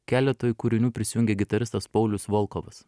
keletui kūrinių prisijungia gitaristas paulius volkovas